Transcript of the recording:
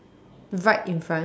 right in front